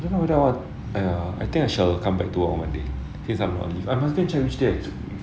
I don't know whether I want to ya I think I shall come back to work on monday since I'm on leave I must change to which date